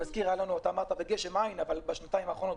אני מזכיר שאמרת "וגשם אין" אבל בשנתיים האחרונות,